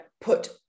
put